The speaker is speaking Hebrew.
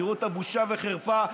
תראו את הבושה והחרפה.